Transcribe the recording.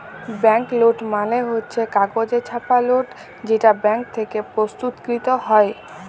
bank note মালে হচ্ছ কাগজে ছাপা লোট যেটা ব্যাঙ্ক থেক্যে প্রস্তুতকৃত হ্যয়